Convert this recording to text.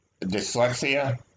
Dyslexia